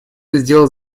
сделал